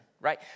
right